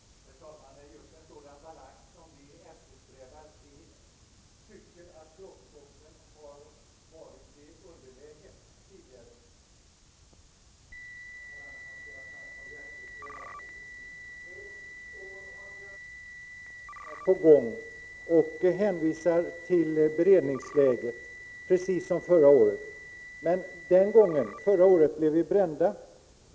Herr talman! Det är just en sådan balans som vi eftersträvar, Hans Göran Franck. Vi tycker att brottsoffren tidigare har varit i underläge. Hans Göran Franck berättade om allt som är på gång och hänvisade precis som förra året till beredningsläget. Men då blev vi brända.